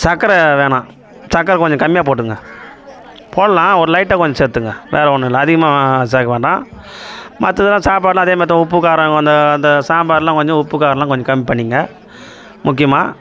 சக்கரை வேணாம் சக்கரை கொஞ்சம் கம்மியாக போட்டிருங்கள் போடலாம் ஒரு லைட்டாக கொஞ்சம் சேர்த்துங்க வேறு ஒன்றும் இல்லை அதிகமாக சேர்க்க வேண்டாம் மற்றதெல்லாம் சாப்பாடெலாம் அதே மாதிரி தான் உப்பு காரம் அந்த அந்த சாம்பாரெலாம் கொஞ்சம் உப்பு காரமெலாம் கொஞ்சம் கம்மி பண்ணிக்கோங்க முக்கியமாக